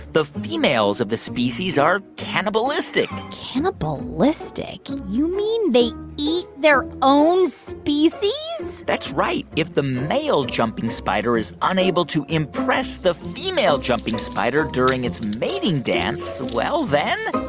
the females of the species are cannibalistic cannibalistic. you mean they eat their own species? that's right. if the male jumping spider is unable to impress the female jumping spider during its mating dance, well then.